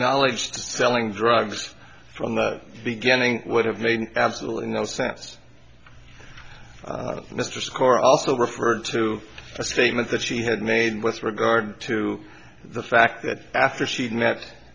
acknowledged selling drugs from the beginning would have made absolutely no sense mr score also referred to a statement that she had made with regard to the fact that after she had met